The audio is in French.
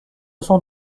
sont